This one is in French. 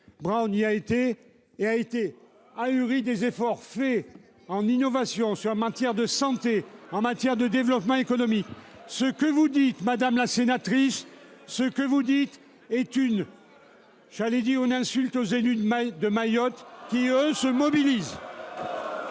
Brown. Il a été et a été ahuri des efforts faits en innovation su en matière de santé, en matière de développement économique. Ce que vous dites madame la sénatrice, ce que vous dites est une. J'allais dire une insulte aux élus de mal de Mayotte qui eux se mobilisent.